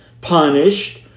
punished